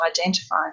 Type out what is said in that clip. identify